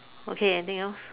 okay anything else